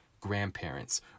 grandparents